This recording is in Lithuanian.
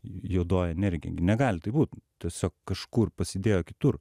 juodoji energija gi negali būt tiesiog kažkur pasidėjo kitur